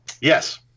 Yes